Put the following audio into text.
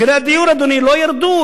מחירי הדיור, אדוני, לא ירדו.